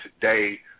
today